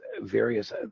various